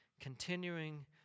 continuing